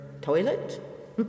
toilet